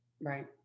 Right